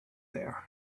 there